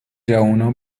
جوونا